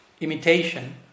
imitation